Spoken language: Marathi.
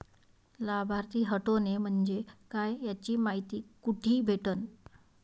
लाभार्थी हटोने म्हंजे काय याची मायती कुठी भेटन?